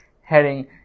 heading